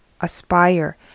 aspire